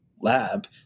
lab